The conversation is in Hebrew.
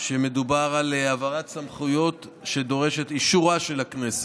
מדובר על העברת סמכויות שדורשת את אישורה של הכנסת.